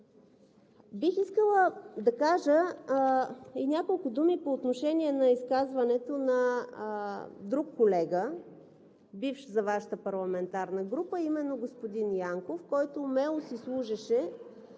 Бих искала да кажа и няколко думи по отношение на изказването на друг колега – бивш за Вашата парламентарна група, а именно господин Янков, който умело си служеше